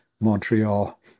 Montreal